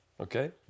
Okay